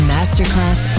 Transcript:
Masterclass